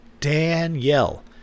Danielle